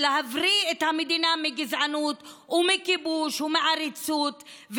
להבריא את המדינה מגזענות ומכיבוש ומעריצות,